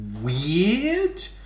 weird